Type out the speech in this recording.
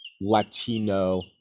Latino